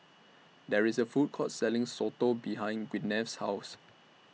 There IS A Food Court Selling Soto behind Gwyneth's House